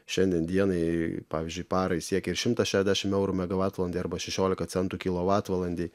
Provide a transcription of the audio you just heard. šiandien dienai pavyzdžiui parai siekė ir šimtą šešiasdešimt eurų megavatvalandė arba šešiolika centų kilovatvalandei